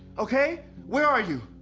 okay? where are you?